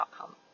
outcome